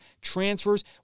transfers